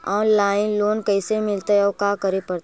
Online loan कैसे मिलतै औ का करे पड़तै?